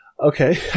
Okay